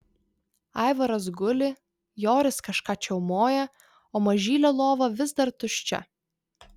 aivaras guli joris kažką čiaumoja o mažylio lova vis dar tuščia